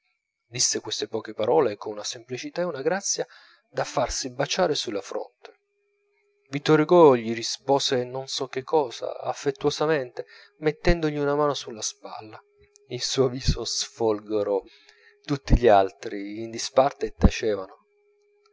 disse queste poche parole con una semplicità e una grazia da farsi baciare sulla fronte vittor hugo gli rispose non so che cosa affettuosamente mettendogli una mano sulla spalla il suo viso sfolgorò tutti gli altri in disparte tacevano